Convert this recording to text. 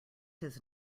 his